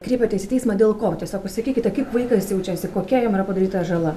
kreipiatės į teismą dėl ko tiesiog pasakykite kaip vaikas jaučiasi kokia jam yra padaryta žala